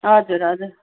हजुर हजुर